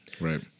Right